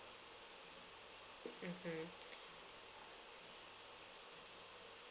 mmhmm